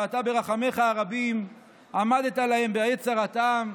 ואתה ברחמיך הרבים עמדת להם בעת צרתם,